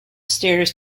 stairs